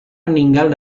meninggal